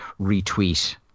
retweet